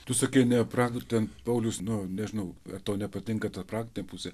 tu sukai neprad pauliaus nu nežinau ar tau nepatinka ta praktinė pusė